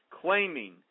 Claiming